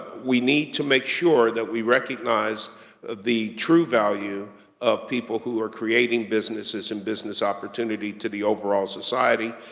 we need to make sure that we recognize the true value of people who are creating businesses and business opportunity to the overall society,